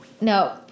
No